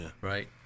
Right